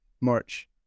March